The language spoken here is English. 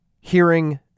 Hearing